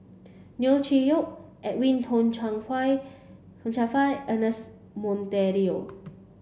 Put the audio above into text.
Neo Chwee Kok Edwin Tong Chun Tong Chun Fai Ernest Monteiro